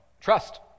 Trust